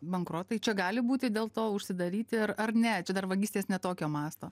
bankrotai čia gali būti dėl to užsidaryti ir ar ne čia dar vagystės ne tokio masto